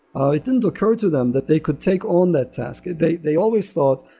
ah it didn't occur to them that they could take on that task. they they always thought,